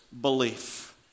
belief